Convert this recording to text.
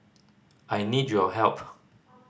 I need your help